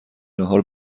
ناهار